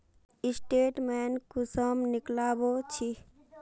Statement कुंसम निकलाबो छी?